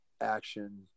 action